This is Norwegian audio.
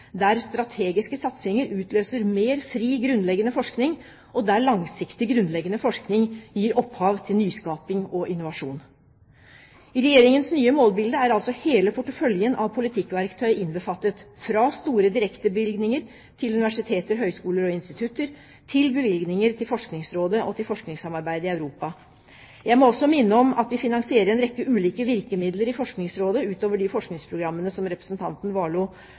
der strategiske satsinger utløser mer fri, grunnleggende forskning, og der langsiktig grunnleggende forskning gir opphav til nyskaping og innovasjon. I Regjeringens nye målbilde er altså hele porteføljen av politikkverktøy innbefattet – fra store direktebevilgninger til universiteter, høyskoler og institutter, til bevilgninger til Forskningsrådet og til forskningssamarbeidet i Europa. Jeg må også minne om at vi finansierer en rekke ulike virkemidler i Forskningsrådet utover de forskningsprogrammene som representanten